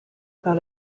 par